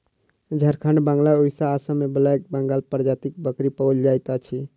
झारखंड, बंगाल, उड़िसा, आसाम मे ब्लैक बंगाल प्रजातिक बकरी पाओल जाइत अछि